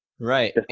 Right